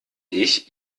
ich